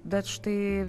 bet štai